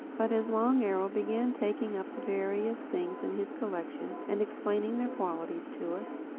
but as long arrow began taking up the various things in his collection and explaining their qualities to us,